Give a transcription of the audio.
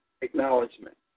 Acknowledgement